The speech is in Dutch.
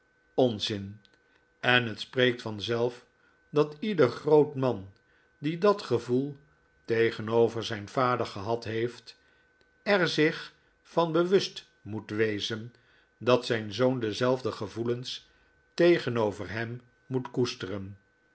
onzin en het spreekt vanzelf dat ieder groot man die dat gevoel tegenover zijn vader gehad heeft er zich van bewust moet wezen dat zijn zoon dezelfde gevoelens tegenover hem moet koesteren